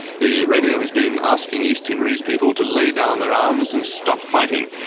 the radio has been asking east timorese people to lay down their arms and stop fighting.